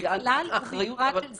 בפרט חברה של סיגריות.